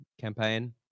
campaign